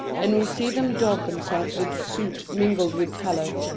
and we see them daub themselves with soot mingled with tallow.